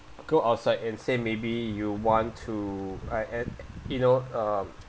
go outside and say maybe you want to I and you know um